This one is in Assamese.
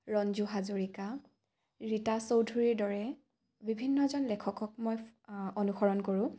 ৰঞ্জু হাজৰিকা ৰীতা চৌধুৰীৰ দৰে বিভিন্নজন লেখকক মই অনুসৰণ কৰোঁ